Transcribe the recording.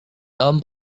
tom